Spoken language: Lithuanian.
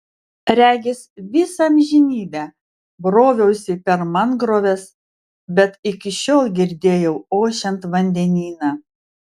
regis visą amžinybę broviausi per mangroves bet iki šiol girdėjau ošiant vandenyną